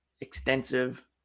extensive